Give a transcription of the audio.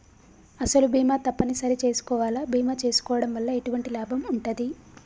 అసలు బీమా తప్పని సరి చేసుకోవాలా? బీమా చేసుకోవడం వల్ల ఎటువంటి లాభం ఉంటది?